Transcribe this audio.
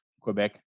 Quebec